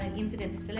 incidents